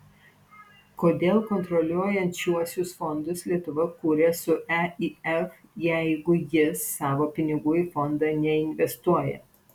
kodėl kontroliuojančiuosius fondus lietuva kuria su eif jeigu jis savo pinigų į fondą neinvestuoja